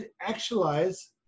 actualize